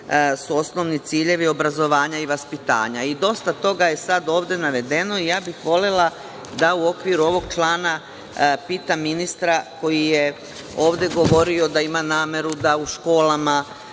su osnovni ciljevi obrazovanja i vaspitanja i dosta toga je ovde navedeno i volela bih da u okviru ovog člana pitam ministra koji je ovde govorio da ima nameru da u školama